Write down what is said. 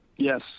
yes